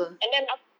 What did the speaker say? and then aft~